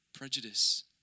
prejudice